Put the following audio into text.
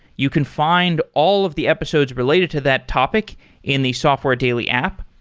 you can find all of the episodes related to that topic in the software daily app.